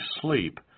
sleep